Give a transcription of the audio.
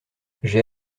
j’ai